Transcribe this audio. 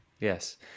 Yes